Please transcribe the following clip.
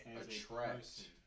attract